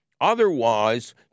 Otherwise